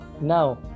Now